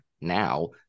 now